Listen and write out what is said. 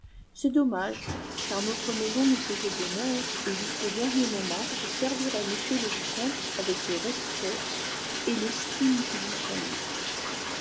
c'est dommage car notre maison nous faisait honneur et jusqu'au dernier moment je servirai m le vicomte avec le respect et l'estime qui lui sont dus